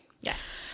yes